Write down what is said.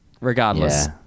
Regardless